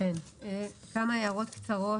כמה הערות קצרות.